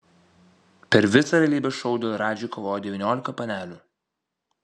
per visą realybės šou dėl radži kovojo devyniolika panelių